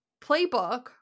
playbook